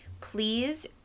please